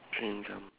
change ah